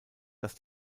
dass